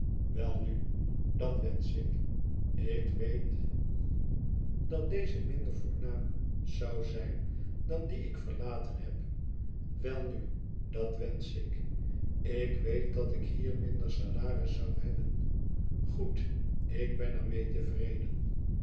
welnu dat wensch ik ik weet dat deze minder voornaam zou zijn dan dien ik verlaten heb welnu dat wensch ik ik weet dat ik hier minder salaris zou hebben goed ik ben er mee tevreden